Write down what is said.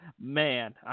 man